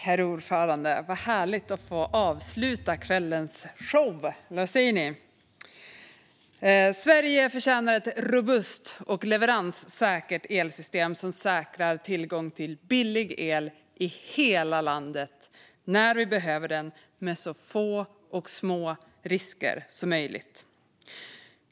Herr talman! Vad härligt att få avsluta kvällens show! Sverige förtjänar ett robust och leveranssäkert elsystem som säkrar tillgång till billig el i hela landet, när vi behöver den, med så få och små risker som möjligt.